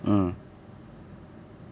mm